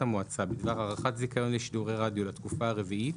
החלטת המועצה בדבר הארכת זיכיון לשידורי רדיו לתקופה הרביעית